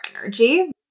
energy